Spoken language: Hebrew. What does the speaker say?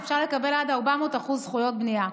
אפשר לקבל עד 400% זכויות בנייה.